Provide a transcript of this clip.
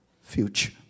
future